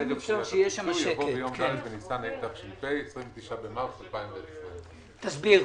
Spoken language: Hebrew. "ערב קביעת הפיצוי" יבוא "ביום ד' בניסן התש"ף (29 במרץ 2020)"." תסביר.